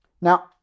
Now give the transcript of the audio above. Now